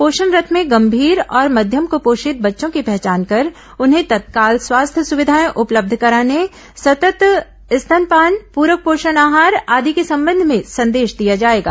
पोषण रथ में गंभीर और मध्यम कूपोषित बच्चों की पहचान कर उन्हें तत्काल स्वास्थ्य सुविधाएं उपलब्ध कराने सतत् स्तनपान पूरक पोषण आहार आदि के संबंध में संदेश दिया जाएगा